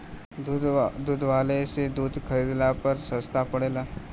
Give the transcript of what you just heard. दुग्धालय से दूध खरीदला पर सस्ता पड़ेला?